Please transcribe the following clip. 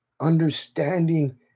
Understanding